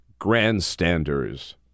grandstanders